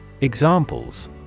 Examples